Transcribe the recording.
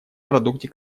продукте